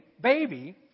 baby